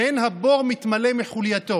ואין הבור מתמלא מחולייתו".